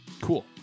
Cool